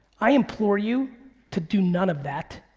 i implore you to do none of that.